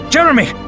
Jeremy